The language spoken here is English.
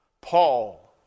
Paul